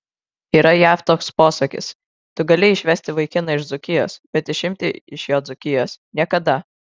yra jav toks posakis tu gali išvesti vaikiną iš dzūkijos bet išimti iš jo dzūkijos niekada